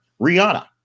Rihanna